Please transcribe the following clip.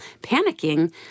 panicking